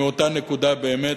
מאותה נקודה באמת,